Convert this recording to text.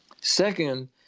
Second